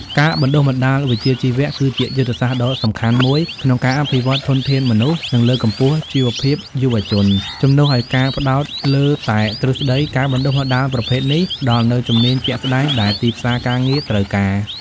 ការបណ្តុះបណ្តាលវិជ្ជាជីវៈ គឺជាយុទ្ធសាស្ត្រដ៏សំខាន់មួយក្នុងការអភិវឌ្ឍធនធានមនុស្ស និងលើកកម្ពស់ជីវភាពយុវជន។ ជំនួសឱ្យការផ្តោតលើតែទ្រឹស្តី ការបណ្តុះបណ្តាលប្រភេទនេះផ្តល់នូវជំនាញជាក់ស្តែងដែលទីផ្សារការងារត្រូវការ។